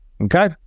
Okay